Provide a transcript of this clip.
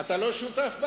אתה לא שותף בה?